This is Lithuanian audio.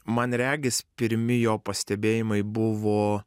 man regis pirmi jo pastebėjimai buvo